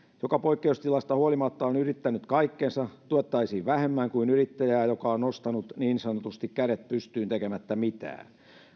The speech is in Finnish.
joka poikkeustilasta huolimatta on yrittänyt kaikkensa tuottaisi vähemmän kuin yrittäjä joka on nostanut niin sanotusti kädet pystyyn tekemättä mitään